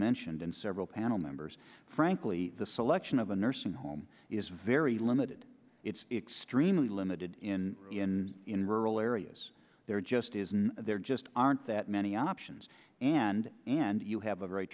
mentioned in several panel members frankly the selection of a nursing home is very limited it's extremely limited in rural areas there just isn't there just aren't that many options and and you have a very